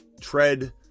tread